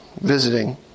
visiting